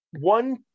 one